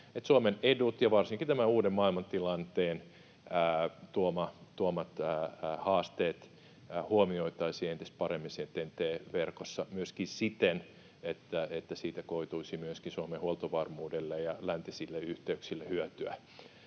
Suomen edut ja varsinkin tämän uuden maailmantilanteen tuomat haasteet huomioitaisiin entistä paremmin TEN‑T-verkossa myöskin siten, että siitä koituisi myöskin Suomen huoltovarmuudelle ja läntisille yhteyksille hyötyä.